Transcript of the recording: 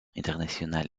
international